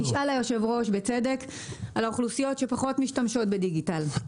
ישאל היושב ראש בצדק לגבי האוכלוסיות שפחות משתמשות בדיגיטל.